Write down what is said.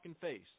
face